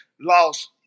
lost